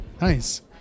Nice